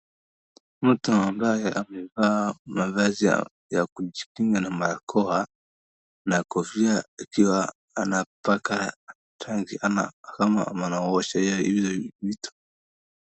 Mtu ambaye amevaa mavazi ya kujikinga na barakoa na kofia akiwa anapaka rangi, kama anaosha hizo vitu.